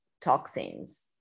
toxins